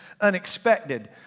unexpected